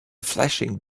flashing